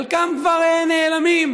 חלקם כבר נעלמים,